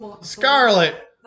Scarlet